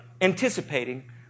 anticipating